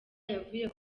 yavuye